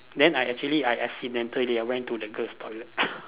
then I actually I accidentally I went to the girls toilet